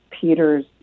Peter's